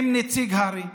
עם נציג הר"י,